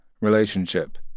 relationship